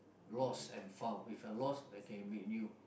lost and found If I lost okay I make new